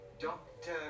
Doctor